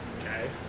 Okay